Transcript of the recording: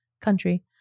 country